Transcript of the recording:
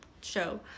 show